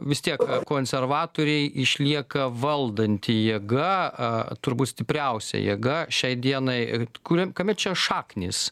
vis tiek konservatoriai išlieka valdanti jėga a turbūt stipriausia jėga šiai dienai ir kuriam kame čia šaknys